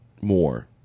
more